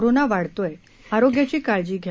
corona वाढतोय आरोग्याची काळजी घ्या